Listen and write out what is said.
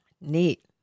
neat